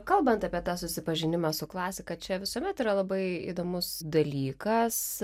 kalbant apie tą susipažinimą su klasika čia visuomet yra labai įdomus dalykas